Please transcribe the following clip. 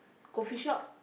coffeeshop